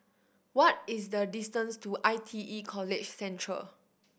what is the distance to I T E College Central